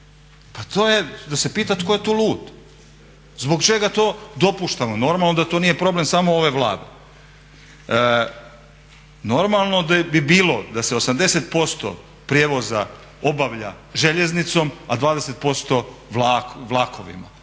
Pa to je da se pita tko je tu lud? Zbog čega to dopuštamo? Normalno da to nije problem samo ove Vlade. Normalno bi bilo da se 80% prijevoza obavlja željeznicom, a 20% vlakovima.